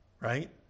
right